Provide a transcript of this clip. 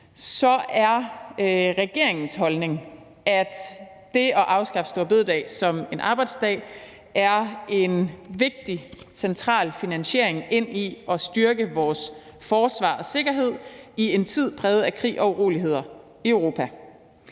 er regeringens holdning, at det at afskaffe store bededag som en helligdag er en vigtig og central del af finansieringen af at styrke vores forsvar og sikkerhed i en tid præget af krig og uroligheder i Europa.